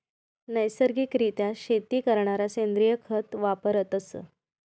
नैसर्गिक रित्या शेती करणारा सेंद्रिय खत वापरतस